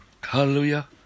Hallelujah